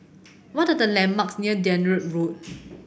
what are the landmarks near Dunearn Road